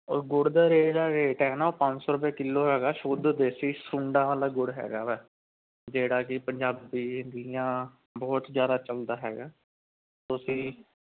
ਉਹ ਗੁੜ ਦਾ ਰੇਟ ਦਾ ਰੇਟ ਹੈ ਨਾ ਉਹ ਪੰਜ ਸੌ ਰੁਪਏ ਕਿਲੋ ਹੈਗਾ ਸ਼ੁੱਧ ਦੇਸੀ ਸੁੰਡਾਂ ਵਾਲਾ ਗੁੜ ਹੈਗਾ ਹੈ ਜਿਹੜਾ ਕਿ ਪੰਜਾਬੀ ਦੀਆਂ ਬਹੁਤ ਜ਼ਿਆਦਾ ਚੱਲਦਾ ਹੈਗਾ ਤੁਸੀਂ